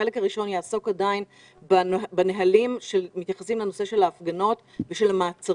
החלק הראשון יעסוק עדיין בנהלים שמתייחסים לנושא ההפגנות והמעצרים,